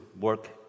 work